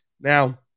Now